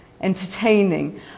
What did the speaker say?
entertaining